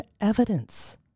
evidence